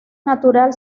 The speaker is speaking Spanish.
natural